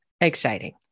exciting